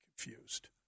confused